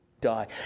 die